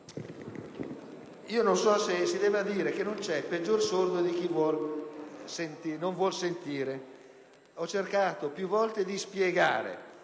mi vien da dire che non c'è peggior sordo di chi non vuol sentire. Ho cercato più volte di spiegare